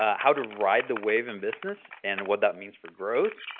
ah how to ride the wave in business and what that means for growth.